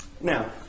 Now